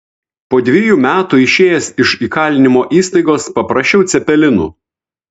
po dvejų metų išėjęs iš įkalinimo įstaigos paprašiau cepelinų